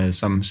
som